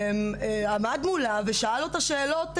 עמד מולה ושאל אותה שאלות,